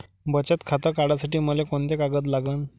बचत खातं काढासाठी मले कोंते कागद लागन?